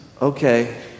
Okay